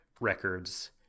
records